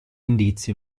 indizi